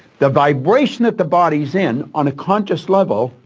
the vibration that the body is in, on a conscious level,